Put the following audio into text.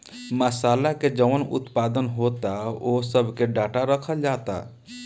मासाला के जवन उत्पादन होता ओह सब के डाटा रखल जाता